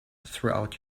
throughout